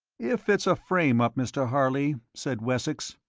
if it's a frame-up, mr. harley, said wessex,